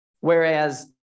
whereas